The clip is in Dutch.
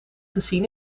gezien